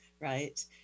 right